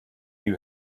you